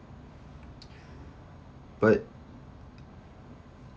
but